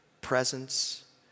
presence